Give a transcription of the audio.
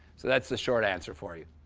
so that's the short answer for you.